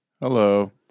Hello